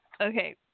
Okay